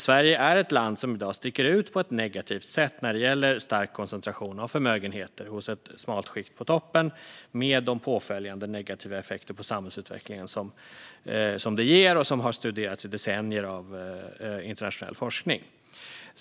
Sverige är ett land som i dag sticker ut på ett negativt sätt när det gäller stark koncentration av förmögenheter hos ett smalt skikt på toppen, med de påföljande negativa effekter på samhällsutvecklingen som det ger och som har studerats i decennier av internationell forskning.